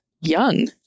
young